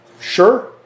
sure